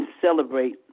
celebrate